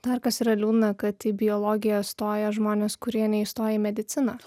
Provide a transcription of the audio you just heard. dar kas yra liūdna kad į biologiją stoja žmonės kurie neįstoja į mediciną